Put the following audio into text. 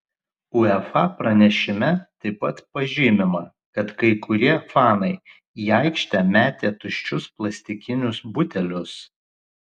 uefa pranešime taip pat pažymima kad kai kurie fanai į aikštę metė tuščius plastikinius butelius